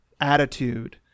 attitude